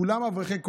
כולם אברכי כוללים.